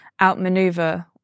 outmaneuver